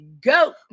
go